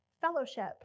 Fellowship